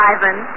Ivan